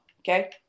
okay